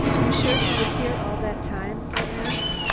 you're sure he was here all that time? i asked.